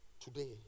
Today